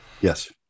Yes